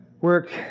Work